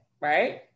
right